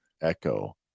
Echo